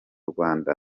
rwanda